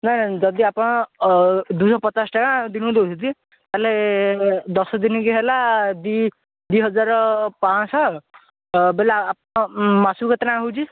ନାଇଁ ନାଇଁ ଯଦି ଆପଣ ଦୁଇଶହ ପଚାଶ ଟଙ୍କା ଦିନକୁ ଦଉଛନ୍ତି ତାହେଲେ ଦଶ ଦିନ କୁ ହେଲା ଦୁଇ ଦୁଇହଜାର ପାଶହ ବେଲେ ଆପ ମାସକୁ କେତେ ନାଖା ହୋଉଛି